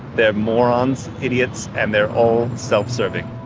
they're morons, idiots and they're all self-serving.